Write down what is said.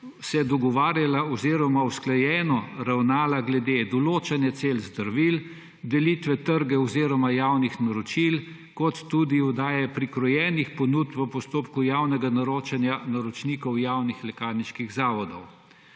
dogovarjala oziroma je usklajeno ravnala glede določanja cen zdravil, delitve trga oziroma javnih naročil ter tudi oddaje prikrojenih ponudb v postopku javnega naročanja naročnikov javnih lekarniških zavodov.